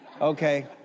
Okay